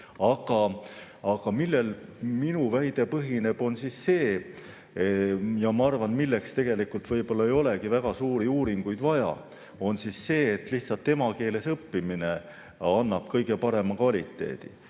see, millel minu väide põhineb – ja ma arvan, et selleks tegelikult võib-olla ei olegi väga suuri uuringuid vaja –, on see, et lihtsalt emakeeles õppimine annab kõige parema kvaliteedi.